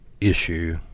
issue